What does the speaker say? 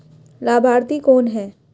लाभार्थी कौन है?